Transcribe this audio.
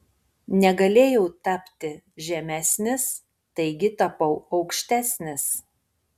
negalėjau tapti žemesnis taigi tapau aukštesnis